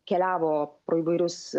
keliavo pro įvairius